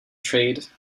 trade